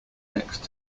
next